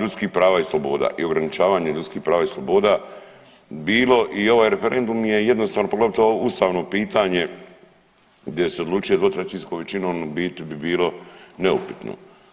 ljudskih prava i sloboda i ograničavanje ljudskih prava i sloboda bilo i ovaj referendum je jednostavno poglavito ovo ustavno pitanje gdje se odlučuje dvotrećinskom većinom u biti bi bilo neupitno.